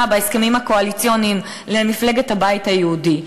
בהסכמים הקואליציוניים למפלגת הבית היהודי,